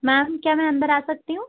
ma'am क्या मैं अंदर आ सकती हूँ